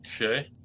Okay